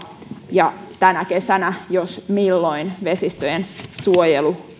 ja tänä kesänä jos milloin vesistöjen suojelu